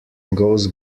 goes